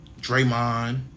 Draymond